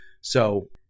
So-